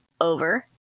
over